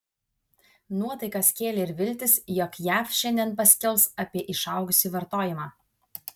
nuotaikas kėlė ir viltys jog jav šiandien paskelbs apie išaugusį vartojimą